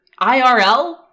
IRL